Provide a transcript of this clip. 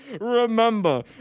remember